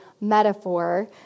metaphor